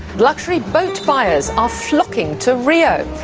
luxury boat buyers are flocking to rio.